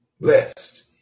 blessed